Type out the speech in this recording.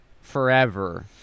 forever